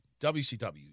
WCW